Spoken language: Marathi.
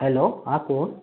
हॅलो हा कोण